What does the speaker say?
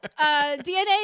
dna